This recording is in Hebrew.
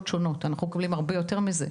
למעשה אנחנו מקבלים הרבה יותר מזה,